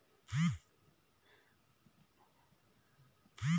वित्तीय सहायता प्राप्त करने के लिए आवश्यक दस्तावेज क्या क्या होनी चाहिए?